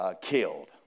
killed